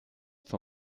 for